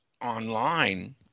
online